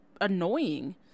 annoying